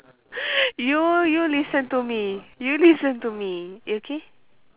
you you listen to me you listen to me okay